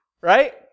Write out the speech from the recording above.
right